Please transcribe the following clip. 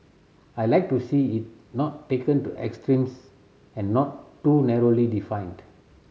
I like to see it not taken to extremes and not too narrowly defined